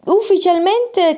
ufficialmente